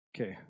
Okay